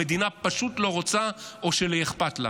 המדינה פשוט לא רוצה או שלא אכפת לה.